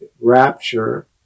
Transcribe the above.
rapture